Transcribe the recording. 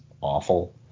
awful